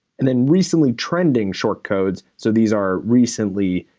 and then recently trending short codes, so these are recently.